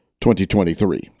2023